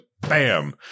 Bam